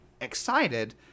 excited